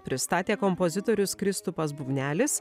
pristatė kompozitorius kristupas bubnelis